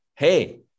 hey